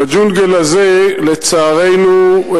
בג'ונגל הזה, לצערנו?